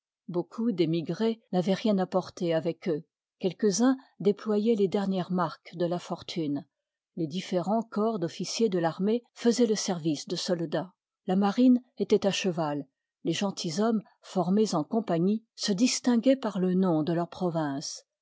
beaucoup d'émigrés n'avoient rien apporté avec eux quelques uns déploy oient les dernières marques de la fortune les différens corps d'officiers de l'armée faisoient le service de soldats la marine étoit à cheval les gentilshommes formés en compagnie se distinguoient par le nom de leurs provinces